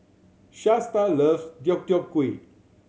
Shasta loves Deodeok Gui